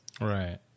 Right